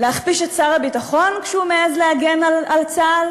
להכפיש את שר הביטחון כשהוא מעז להגן על צה"ל,